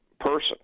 person